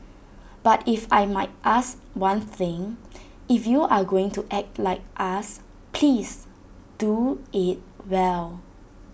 but if I might ask one thing if you are going to act like us please do IT well